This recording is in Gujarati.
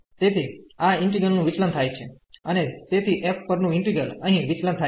તેથી આ ઈન્ટિગ્રલ નું વિચલન થાય છે અને તેથી f પર નું ઈન્ટિગ્રલ અહીં વિચલન થાય છે